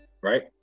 Right